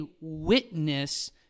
witness